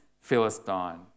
Philistine